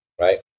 right